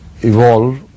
evolve